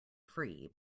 free